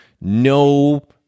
No